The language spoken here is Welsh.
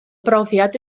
brofiad